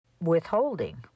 Withholding